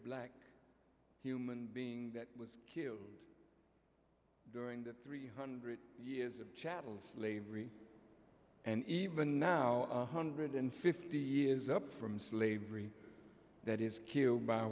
black human being that was killed during the three hundred years of chattel slavery and even now hundred and fifty years up from slavery that is